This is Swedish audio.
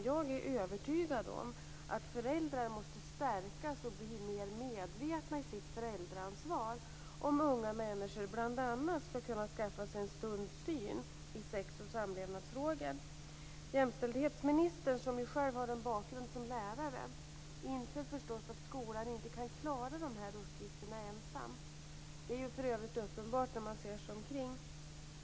Jag är övertygad om att föräldrar måste stärkas och bli mer medvetna i sitt föräldraansvar om unga människor bl.a. skall kunna skaffa sig en sund syn i sex och samlevnadsfrågor. Jämställdhetsministern, som själv har en bakgrund som lärare, inser förstås att skolan inte ensam kan klara dessa uppgifter. Det är för övrigt uppenbart när man ser sig omkring.